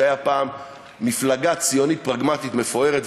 שהיה פעם מפלגה ציונית פרגמטית מפוארת,